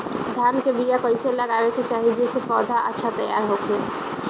धान के बीया कइसे लगावे के चाही जेसे पौधा अच्छा तैयार होखे?